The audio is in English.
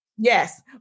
Yes